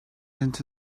into